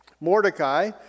Mordecai